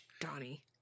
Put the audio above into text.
donnie